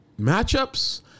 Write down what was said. Matchups